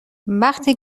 وقتی